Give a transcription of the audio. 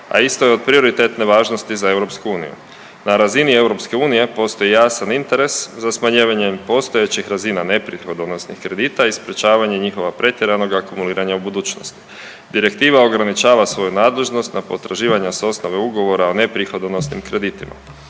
a isto je od prioritetne važnosti za EU. Na razini EU postoji jasan interes za smanjivanjem postojećih razina neprihodonosnih kredita i sprječavanja njihova pretjeranoga akumuliranja u budućnosti. Direktiva ograničava svoju nadležnost na potraživanja sa osnove ugovora o neprihodonosnim kreditima.